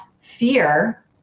fear